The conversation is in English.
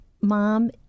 mom